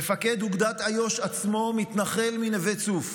מפקד אוגדת איו"ש עצמו, מתנחל מנווה צוף.